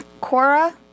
Cora